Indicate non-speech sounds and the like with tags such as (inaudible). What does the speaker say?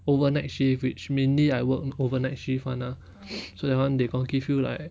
overnight shift which mainly I work overnight shift [one] lah (noise) so that [one] they confirm give you like